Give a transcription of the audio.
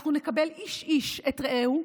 אנחנו נקבל איש-איש את רעהו,